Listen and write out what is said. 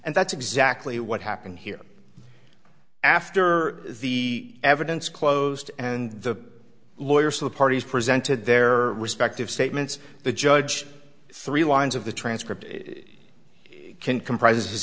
and that's exactly what happened here after the evidence closed and the lawyers of the parties presented their respective statements the judge three lines of the transcript comprise